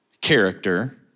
character